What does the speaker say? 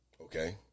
okay